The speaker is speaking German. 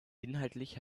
inhaltlich